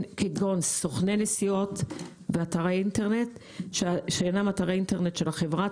סוכני נסיעות באתר האינטרנט שאינם אתרי אינטרנט של החברה.